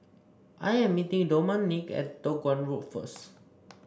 I am meeting Domonique at Toh Guan Road first